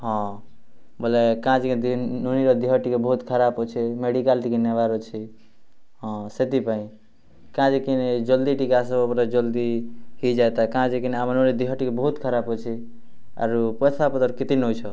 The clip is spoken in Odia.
ହଁ ବୋଲେ କାଁଜେକି ନୁନିର ଦେହ ଟିକେ ବହୁତ୍ ଖରାପ୍ ଅଛେ ମେଡ଼ିକାଲ୍ ଟିକେ ନେବାର୍ ଅଛେ ହଁ ସେଥିପାଇଁ କାଁଜାକିନି ଜଲ୍ଦି ଟିକେ ଆସ୍ବ ବୋଲେ ଜଲ୍ଦି ହେଇଜାତା କାଁଜେକିନି ଆମର୍ ନୁନିର୍ ଦେହଟିକେ ଟିକେ ବହୁତ୍ ଖରାପ୍ ଅଛେ ଅରୁ ପଏସା ପତର୍ କେତେ ନଉଛ